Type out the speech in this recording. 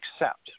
accept